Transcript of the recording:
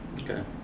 Okay